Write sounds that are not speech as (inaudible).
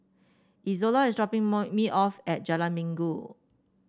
Izola is dropping (unintelligible) me off at Jalan Minggu